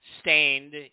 stained